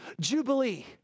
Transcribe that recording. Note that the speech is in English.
Jubilee